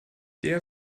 der